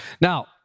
now